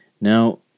Now